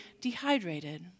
dehydrated